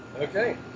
Okay